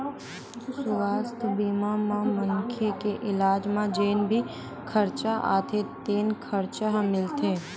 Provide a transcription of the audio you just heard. सुवास्थ बीमा म मनखे के इलाज म जेन भी खरचा आथे तेन खरचा ह मिलथे